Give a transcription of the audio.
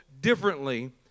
differently